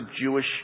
Jewish